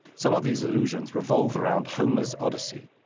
some of these allusions revolve around homer's odyssey.